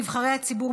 נבחרי הציבור,